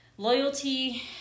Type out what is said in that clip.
Loyalty